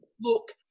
look